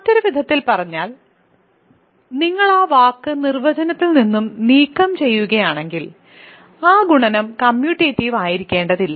മറ്റൊരു വിധത്തിൽ പറഞ്ഞാൽ നിങ്ങൾ ആ വാക്ക് നിർവചനത്തിൽ നിന്ന് നീക്കംചെയ്യുകയാണെങ്കിൽ ആ ഗുണനം കമ്മ്യൂട്ടേറ്റീവ് ആയിരിക്കേണ്ടതില്ല